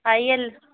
आइए